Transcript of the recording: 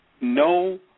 no